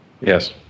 Yes